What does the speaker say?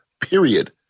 Period